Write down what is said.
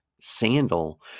sandal